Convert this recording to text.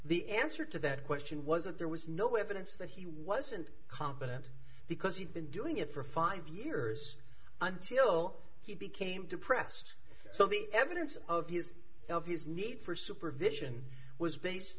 the answer to that question wasn't there was no evidence that he wasn't competent because he'd been doing it for five years until he became depressed so the evidence of his obvious need for supervision was based